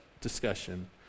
discussion